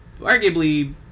arguably